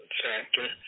factor